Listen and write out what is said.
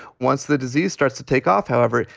once the disease starts to take off, however,